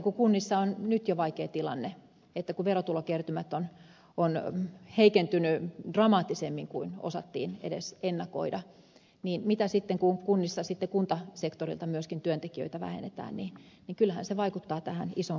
kun kunnissa on nyt jo vaikea tilanne kun verotulokertymät ovat heikentyneet dramaattisemmin kuin osattiin edes ennakoida niin kun kuntasektorilta myöskin vähennetään työntekijöitä niin kyllähän se vaikuttaa tähän isoon kokonaisuuteen